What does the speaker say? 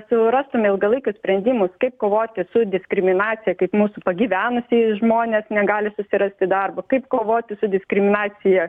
surastume ilgalaikius sprendimus kaip kovoti su diskriminacija kaip mūsų pagyvenusieji žmonės negali susirasti darbo kaip kovoti su diskriminacija